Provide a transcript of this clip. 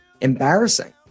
embarrassing